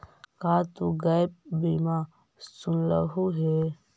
का तु गैप बीमा सुनलहुं हे?